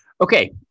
Okay